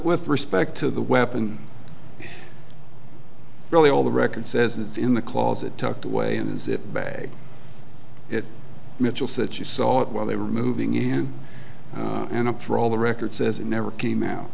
with respect to the weapon really all the record says it's in the clause it tucked away and is it bad it mitchell said she saw it while they were moving in and out for all the records says it never came out